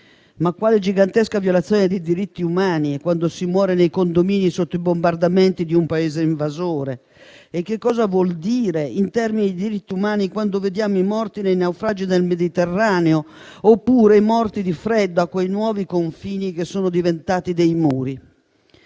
Quale gigantesca violazione dei diritti umani è quando si muore nei condomini sotto i bombardamenti di un Paese invasore e che cosa vuol dire, in termini di diritti umani, quando vediamo i morti nei naufragi del Mediterraneo, oppure i morti di freddo a quei nuovi confini che sono diventati dei muri?